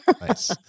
Nice